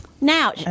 Now